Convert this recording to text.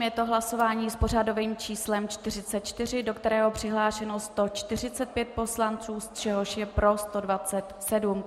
Je to hlasování s pořadovým číslem 44, do které je přihlášeno 145 poslanců, z čehož je pro 127.